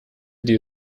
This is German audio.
die